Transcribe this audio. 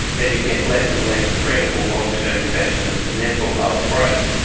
then you get less and less credible long-term investments and therefore lower growth.